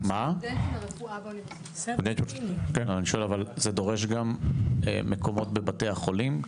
אני שואל, זה דורש גם מקומות בבתי החולים?